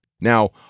Now